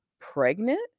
pregnant